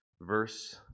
verse